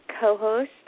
co-host